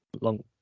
long